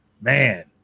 man